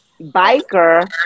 biker